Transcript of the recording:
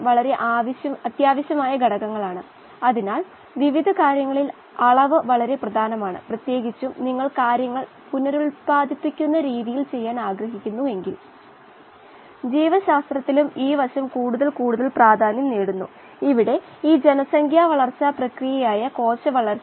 നിങ്ങൾക്ക് വായുവിൽ 21 ശതമാനം ഓക്സിജൻ ഉണ്ട്ജലത്തിൽ ഏതാണ്ട് 8 പിപിഎം ഓക്സിജൻ ഒരു ലായക വാതകമാണ് ഇത് 8 പിപിഎം ആണ് അതായത് ഒരു ലിറ്ററിൽ 8 മില്ലി ഗ്രാം ആണ് എന്നു നിങ്ങൾക്ക് കാണാം വായുവിൽ 21 ശതമാനം ഓക്സിജൻ ഉണ്ട്